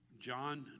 John